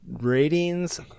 ratings